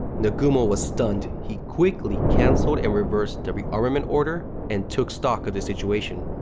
nagumo was stunned. he quickly cancelled and reversed the rearmament order and took stock of the situation.